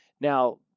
Now